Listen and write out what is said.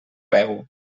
veu